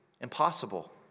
impossible